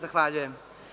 Zahvaljujem.